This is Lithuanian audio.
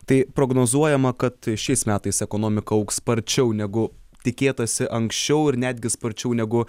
tai prognozuojama kad šiais metais ekonomika augs sparčiau negu tikėtasi anksčiau ir netgi sparčiau negu